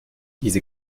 diese